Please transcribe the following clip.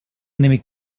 enemy